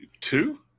Two